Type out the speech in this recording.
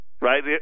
right